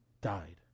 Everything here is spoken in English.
died